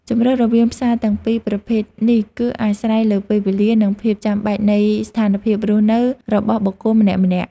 ជម្រើសរវាងផ្សារទាំងពីរប្រភេទនេះគឺអាស្រ័យលើពេលវេលានិងភាពចាំបាច់នៃស្ថានភាពរស់នៅរបស់បុគ្គលម្នាក់ៗ។